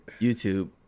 YouTube